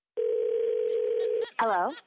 Hello